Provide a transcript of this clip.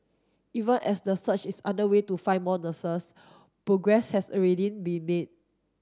even as the search is underway to find more nurses progress has already been made